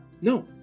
No